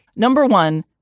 number one,